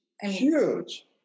huge